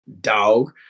Dog